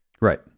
Right